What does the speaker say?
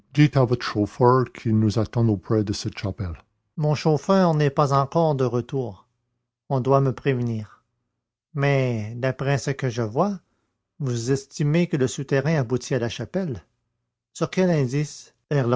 votre chauffeur qu'il nous attende auprès de cette chapelle mon chauffeur n'est pas encore de retour on doit me prévenir mais d'après ce que je vois vous estimez que le souterrain aboutit à la chapelle sur quel indice